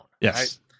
yes